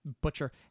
butcher